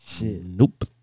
nope